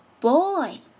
Boy